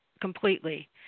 completely